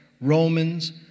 Romans